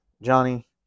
Johnny